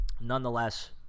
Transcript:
nonetheless